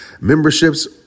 memberships